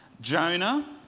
Jonah